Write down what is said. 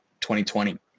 2020